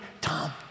Tom